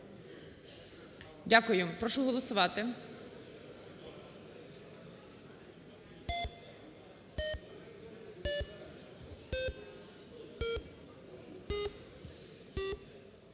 Дякую. Прошу голосувати.